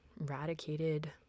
eradicated